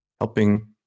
helping